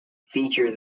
features